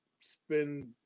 spend